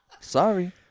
Sorry